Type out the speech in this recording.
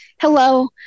Hello